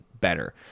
better